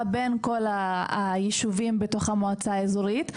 בין כל הישובים בתוך המועצה האזורית,